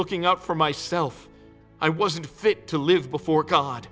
looking out for myself i wasn't fit to live before god